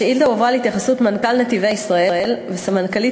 השאילתה הועברה להתייחסות מנכ"ל "נתיבי ישראל" וסמנכ"לית